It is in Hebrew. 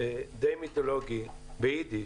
די מיתולוגי ביידיש